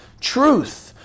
truth